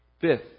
Fifth